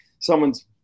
someone's